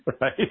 Right